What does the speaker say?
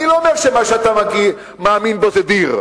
אני לא אומר שמה שאתה מאמין בו זה דיר.